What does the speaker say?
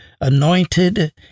anointed